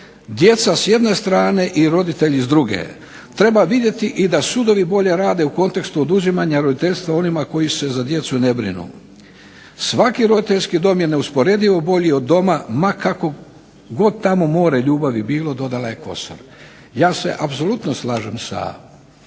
Djeca s jedne strane i roditelji s druge. Treba vidjeti i da sudovi bolje rade u kontekstu oduzimanja roditeljstva onima koji se za djecu ne brinu. Svaki roditeljski dom je neusporedivo bolji od Doma ma kako god tamo more ljubavi bilo", dodala je Kosor. Ja se apsolutno slažem sa